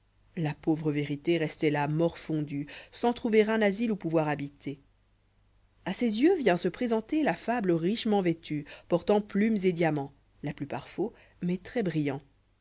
la pauvre vérité restait là morfondue sans trouver un asile où pouvoir habiter a ses yeux vient se présenter la fable richement vêtue portant plumes et diamants la plupart faux mais très brillants